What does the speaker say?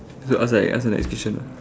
so ask like ask the next question ah